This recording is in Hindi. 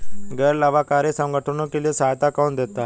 गैर लाभकारी संगठनों के लिए सहायता कौन देता है?